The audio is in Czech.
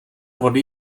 vody